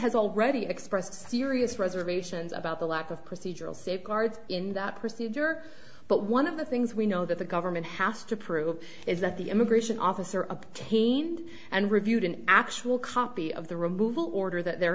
has already expressed serious reservations about the lack of procedural safeguards in that procedure but one of the things we know that the government has to prove is that the immigration officer obtained and reviewed an actual copy of the removal order that they're